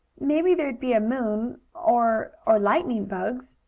maybe there'd be a moon or or lightning bugs.